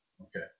Okay